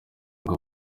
ngo